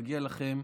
מגיע לכם.